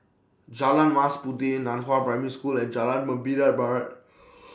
Jalan Mas Puteh NAN Hua Primary School and Jalan Membina Barat